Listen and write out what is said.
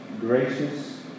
gracious